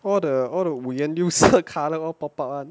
all the all the 五颜六色 colour all pop up [one]